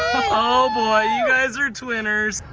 oh boy! you guys are twinners!